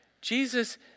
Jesus